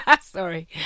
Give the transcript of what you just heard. Sorry